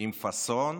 עם פאסון.